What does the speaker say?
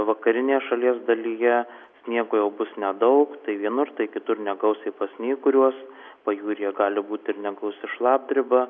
vakarinėje šalies dalyje sniego jau bus nedaug tai vienur tai kitur negausiai pasnyguriuos pajūryje gali būt ir negausi šlapdriba